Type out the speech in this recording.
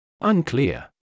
Unclear